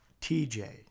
TJ